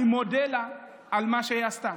אני מודה לה על מה שהיא עשתה.